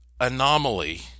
anomaly